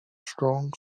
strong